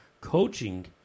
Coaching